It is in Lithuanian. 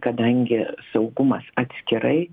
kadangi saugumas atskirai